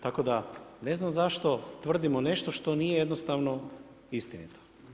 Tako da ne znam zašto tvrdimo nešto što nije jednostavno istinito.